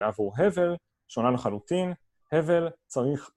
עבור הבל, שונה לחלוטין, הבל צריך